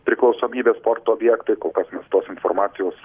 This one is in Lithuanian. priklausomybė sporto objektai kol kas mes tos informacijos